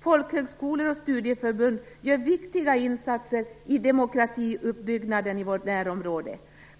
Folkhögskolor och studieförbund gör viktiga insatser i demokratiuppbyggnaden i vårt närområde.